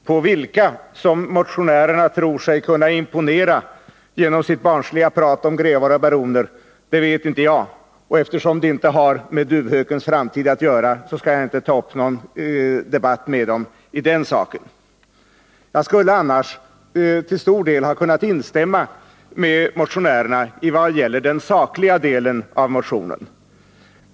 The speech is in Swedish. Fru talman! På vilka motionärerna tror sig kunna imponera genom sitt barnsliga prat om grevar och baroner vet inte jag, men då det inte har med duvhökens framtid att göra skall jag inte ta upp någon debatt med dem om saken. Jag skulle annars till stor del kunna instämma med dem i vad gäller den sakliga delen av motionen.